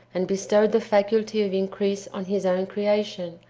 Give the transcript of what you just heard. and bestowed the faculty of increase on his own creation,